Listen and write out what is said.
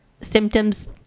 symptoms